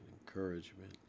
encouragement